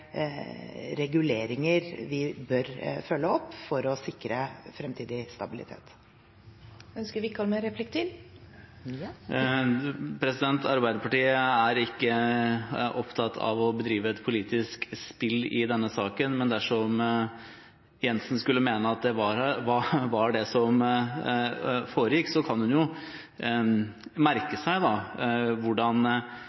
reguleringer vi bør følge opp for å sikre fremtidig stabilitet. Arbeiderpartiet er ikke opptatt av å bedrive et politisk spill i denne saken, men dersom statsråd Jensen skulle mene at det var det som foregikk, kan hun jo merke seg hvordan